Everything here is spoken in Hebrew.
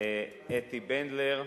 אתי בנדלר,